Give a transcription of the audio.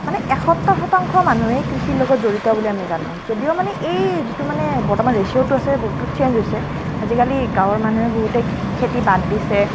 মানে এসত্তৰ শতাংশ মানুহেই কৃষিৰ লগত জড়িত বুলি আমি জানোঁ যদিও মানে এই যিটো মানে বৰ্তমান ৰেচিয়টো চেঞ্জ হৈছে আজিকালি গাঁৱৰ মানুহে বহুতে খে খেতি বাদ দিছে